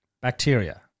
bacteria